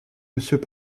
monsieur